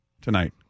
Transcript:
Tonight